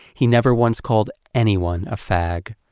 he never once called anyone a fag.